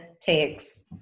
takes